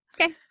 Okay